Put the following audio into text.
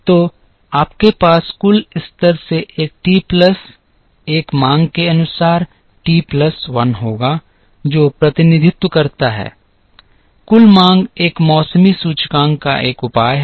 तो आपके पास कुल स्तर से एक टी प्लस 1 मांग के अनुसार टी प्लस 1 होगा जो प्रतिनिधित्व करता है कुल मांग यह एक मौसमी सूचकांक का एक उपाय है